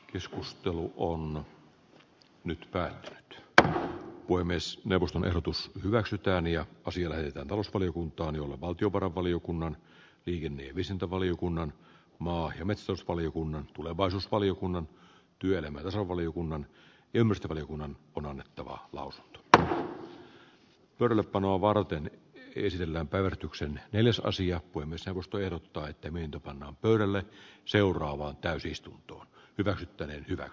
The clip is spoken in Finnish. keskustelu on nyt päättynyt puhemiesneuvoston ehdotus hyväksytään ja osille joita talousvaliokuntaan jolle valtiovarainvaliokunnan vihinen isäntä valiokunnan vastaamatta ja metstusvaliokunnan tulevaisuusvaliokunnan työelämä osa valiokunnan viemistä valiokunnan on annettava louis d or panoa varten fyysisellä verotuksen ylös asia kuin myös avustaja tai toiminta pannaan pöydälle seuraavaan täysistuntoon pitäisitte niin hyvä